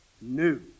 new